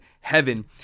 heaven